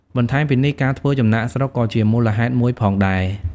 បន្ថែមពីនេះ ការធ្វើចំណាកស្រុកក៏ជាមូលហេតុមួយផងដែរ។